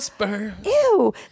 Ew